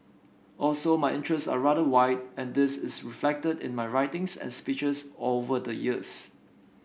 also my interests are rather wide and this is reflected in my writings and speeches all over the years